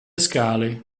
scale